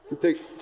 Take